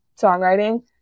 songwriting